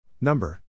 Number